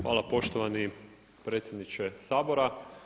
Hvala poštovani predsjedniče Sabora.